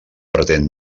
pretén